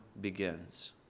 begins